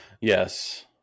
Yes